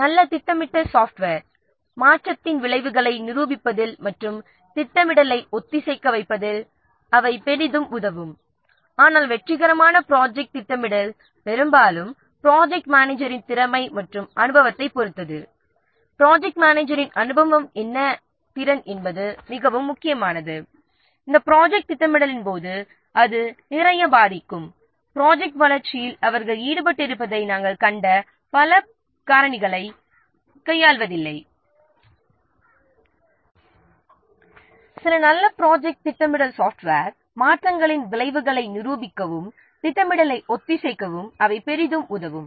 நல்ல திட்டமிட்ட சாப்ட்வேர் மாற்றத்தின் விளைவுகளை நிரூபிப்பதில் மற்றும் திட்டமிடலை ஒத்திசைக்க வைப்பதில் அவை பெரிதும் உதவும் ஆனால் வெற்றிகரமான ப்ராஜெக்ட் திட்டமிடல் பெரும்பாலும் ப்ராஜெக்ட் மேனேஜரின் திறமை மற்றும் அனுபவத்தைப் பொறுத்தது ப்ராஜெக்ட் மேனேஜரின் அனுபவம் திறன் மிகவும் முக்கியமானது இது ப்ராஜெக்ட் திட்டமிடலை போது அதிகம் பாதிக்கும் ப்ராஜெக்ட் வளர்ச்சியை கையாள்வதில் அவர்கள் பல காரணிகளைக் கொண்டுள்ளனர் எனவே ஒரு சாஃப்ட்வேர் ப்ராஜெக்ட்டை நன்றாக திட்டமிடுவது பல மாற்றங்களின் விளைவுகளை நிரூபிக்கவும் திட்டமிடலை ஒத்திசைக்கவும் பெரிதும் உதவும்